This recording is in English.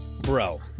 Bro